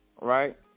right